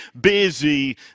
busy